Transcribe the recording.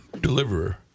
deliverer